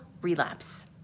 relapse